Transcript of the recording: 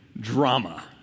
drama